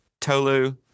Tolu